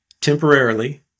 temporarily